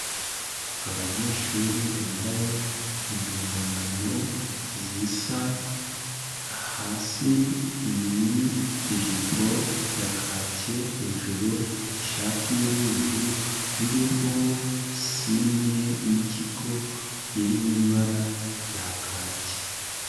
Abanyeshuri bambaye impuzankano zisa, hasi ni ijipo ya kake, hejuru ishati y'umweru, iriho sinye y'ikigo, iri mu ibara rya kaki.